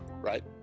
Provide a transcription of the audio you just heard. right